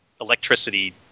electricity